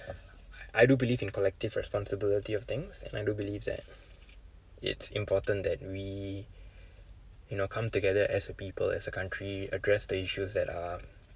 I do believe in collective responsibility of things and I do believe that it's important that we you know come together as a people as a country address the issues that are